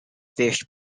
fished